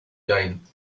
gain